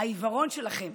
העיוורון שלכם,